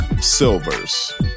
Silvers